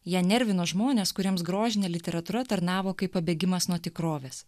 ją nervino žmonės kuriems grožinė literatūra tarnavo kaip pabėgimas nuo tikrovės